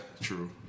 true